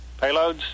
Payloads